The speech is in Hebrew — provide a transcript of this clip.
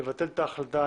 לבטל את ההחלטה.